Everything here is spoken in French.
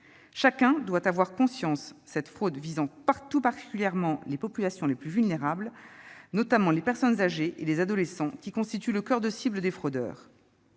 Chacun doit en avoir conscience, cette fraude vise tout particulièrement les populations les plus vulnérables, notamment les personnes âgées et les adolescents, qui constituent le coeur de cible des fraudeurs.